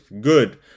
good